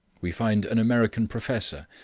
we find an american professor,